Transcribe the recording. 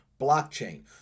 blockchain